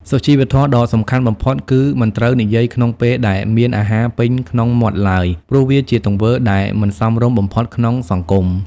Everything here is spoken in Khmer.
សុជីវធម៌ដ៏សំខាន់បំផុតគឺមិនត្រូវនិយាយក្នុងពេលដែលមានអាហារពេញក្នុងមាត់ឡើយ ព្រោះវាជាទង្វើដែលមិនសមរម្យបំផុតក្នុងសង្គម។